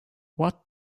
what